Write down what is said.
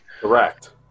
Correct